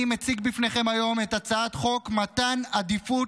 אני מציג בפניכם היום את הצעת חוק מתן עדיפות